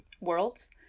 worlds